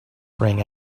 rang